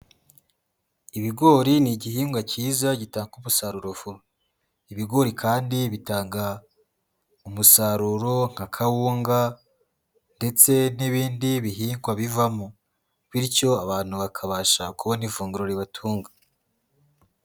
Ibigori ni igihingwa cyiza gitanga umusaruro vuba. Ibigori kandi bitanga umusaruro nka kawunga ndetse n'ibindi bihingwa bivamo, bityo abantu bakabasha kubona ifunguro ribatunga.